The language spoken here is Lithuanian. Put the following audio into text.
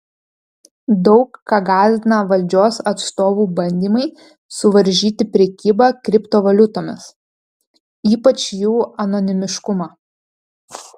daug ką gąsdina valdžios atstovų bandymai suvaržyti prekybą kriptovaliutomis ypač jų anonimiškumą